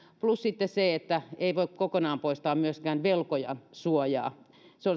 plus sitten se että ei voi kokonaan poistaa myöskään velkojansuojaa se